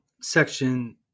section